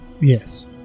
Yes